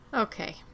okay